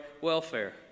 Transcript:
welfare